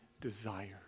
desire